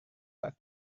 pak